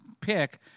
pick